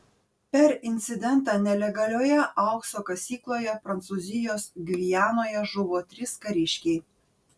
per incidentą nelegalioje aukso kasykloje prancūzijos gvianoje žuvo trys kariškiai